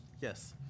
yes